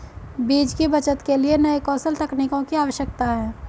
बीज की बचत के लिए नए कौशल तकनीकों की आवश्यकता है